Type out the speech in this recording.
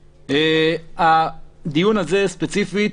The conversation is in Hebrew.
הדיון הזה ספציפית,